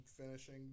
finishing